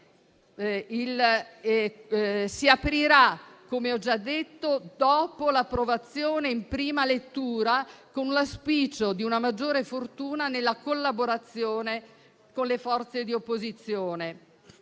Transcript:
si aprirà - come ho già detto - dopo l'approvazione in prima lettura, con l'auspicio di una maggiore fortuna nella collaborazione con le forze di opposizione.